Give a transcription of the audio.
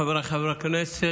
חבריי חברי הכנסת,